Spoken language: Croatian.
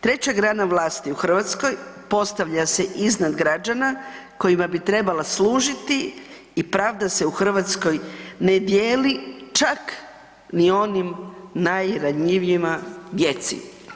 Treća grana vlasti u Hrvatskoj postavlja se iznad građana kojima bi trebala služiti i pravda se u Hrvatskoj ne dijeli čak ni onim najranjivijima djeci.